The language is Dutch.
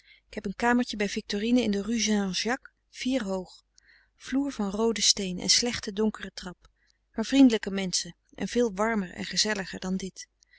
ik heb een kamertje bij victorine in de rue jean jacques frederik van eeden van de koele meren des doods vier hoog vloer van roode steen en slechte donkere trap maar vriendelijke menschen en veel warmer en gezelliger dan dit